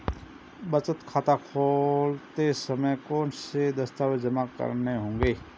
बचत खाता खोलते समय कौनसे दस्तावेज़ जमा करने होंगे?